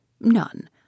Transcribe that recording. None